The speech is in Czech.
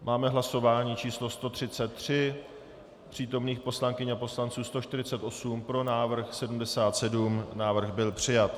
Máme hlasování číslo 133, přítomných poslankyň a poslanců 148, pro 77, návrh byl přijat.